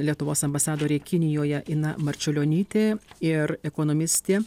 lietuvos ambasadorė kinijoje ina marčiulionytė ir ekonomistė